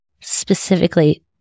specifically